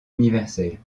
universelle